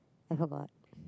I forgot